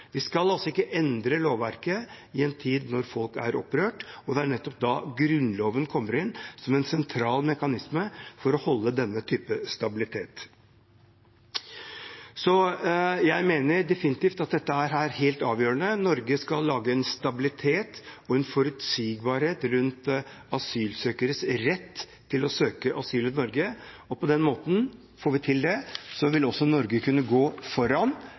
Vi skal ikke endre lovverket i en tid da folk er opprørt. Det er nettopp da Grunnloven kommer inn som en sentral mekanisme for å holde denne type stabilitet. Jeg mener definitivt at dette er helt avgjørende. Norge skal lage stabilitet og forutsigbarhet rundt asylsøkeres rett til å søke asyl i Norge. Får vi til det, vil Norge også kunne gå foran